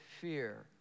fear